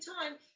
time